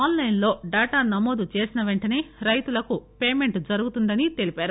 ఆస్ లైస్ లో డాటా నమోదు చేసిన పెంటసే రైతులకు పేమెంట్ జరుగుతుందని తెలిపారు